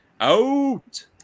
Out